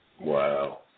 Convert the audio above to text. Wow